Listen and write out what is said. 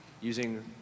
using